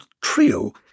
trio